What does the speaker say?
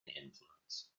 influence